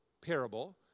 parable